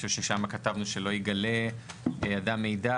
חושב ששם כתבנו שלא יגלה אדם מידע,